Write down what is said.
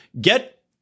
Get